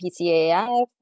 PCAF